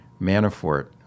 Manafort